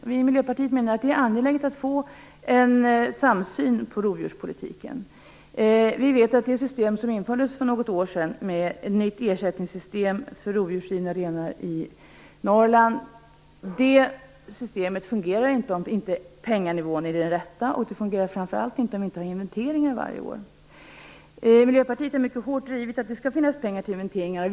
Vi i Miljöpartiet menar att det är angeläget med en samsyn inom rovdjurspolitiken. Vi vet att det system som infördes för något år sedan, ett nytt ersättningssystem för rovdjursrivna renar i Norrland, inte fungerar om inte penganivån är den rätta. Det fungerar framför allt inte om vi inte har inventeringar varje år. Miljöpartiet har drivit frågan om pengar till inventeringar mycket hårt.